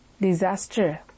disaster